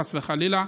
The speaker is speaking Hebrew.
חס וחלילה,